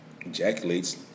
ejaculates